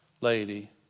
lady